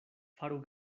faru